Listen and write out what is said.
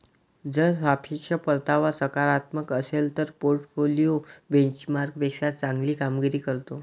जर सापेक्ष परतावा सकारात्मक असेल तर पोर्टफोलिओ बेंचमार्कपेक्षा चांगली कामगिरी करतो